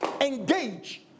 engage